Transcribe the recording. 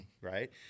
right